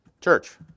church